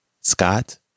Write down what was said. Scott